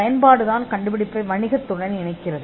பயன்பாடு கண்டுபிடிப்பை வணிகத்துடன் இணைக்கிறது